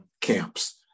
camps